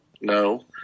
no